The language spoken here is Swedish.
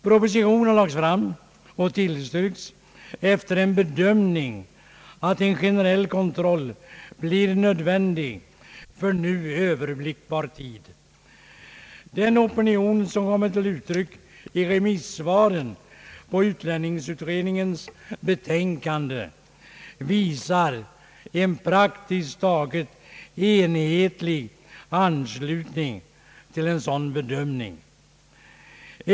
Propositionen har lagts fram — och tillstyrkts — efter en bedömning att en generell kontroll blir nödvändig för nu överblickbar tid. Den opinion som kommit till uttryck i remissvaren på utlänningsutredningens betänkande visar en praktiskt taget enhetlig anslutning till en sådan bedömning.